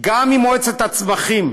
גם אם מועצת הצמחים